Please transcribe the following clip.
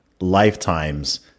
lifetimes